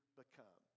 become